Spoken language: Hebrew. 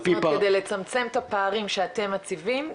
כדי לצמצם את הפערים שאתם מציבים,